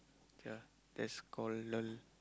yeah that's called lull